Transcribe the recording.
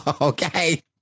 Okay